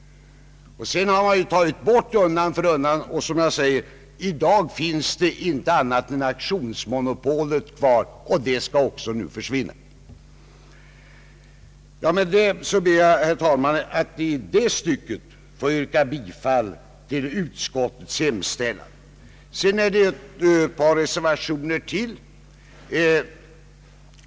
Sedan har man undan för undan tagit bort stadsrättigheterna, och i dag finns inte mer än auktionsmonopolet kvar, och det skall också försvinna. Med detta ber jag, herr talman, att i det stycket få yrka bifall till utskottets hemställan. Vi har ett par reservationer till.